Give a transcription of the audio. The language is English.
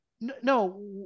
No